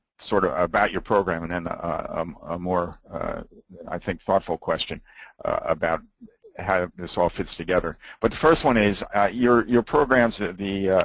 sort of about your program and and um ah more i think thoughtful question about how this all fits together. but first one is, your your programs, ah the